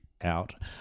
out